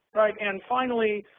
and finally,